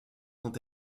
quand